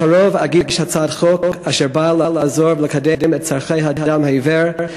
בקרוב אגיש הצעת חוק אשר באה לעזור לקדם את צורכי האדם העיוור,